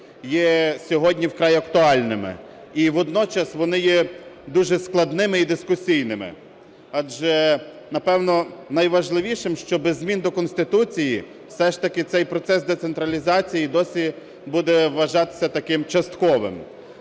є сьогодні вкрай актуальними. І водночас вони є дуже складними і дискусійними. Адже, напевно, найважливіше, що без змін до Конституції все ж таки цей процес децентралізації досі буде вважатися таким частковим.